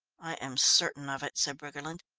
i am certain of it, said briggerland.